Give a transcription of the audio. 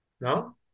No